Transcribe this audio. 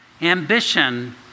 Ambition